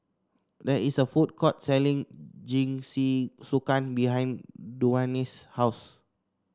there is a food court selling Jingisukan behind Dewayne's house